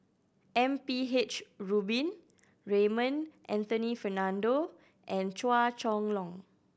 M P H Rubin Raymond Anthony Fernando and Chua Chong Long